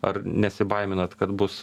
ar nesibaiminat kad bus